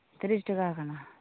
ᱛᱤᱨᱤᱥ ᱴᱟᱠᱟ ᱟᱠᱟᱱᱟ